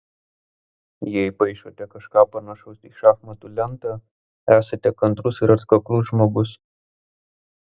jei paišote kažką panašaus į šachmatų lentą esate kantrus ir atkaklus žmogus